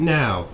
now